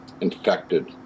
infected